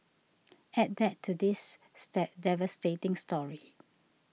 add that to this state devastating story